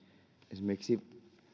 esimerkiksi jollekin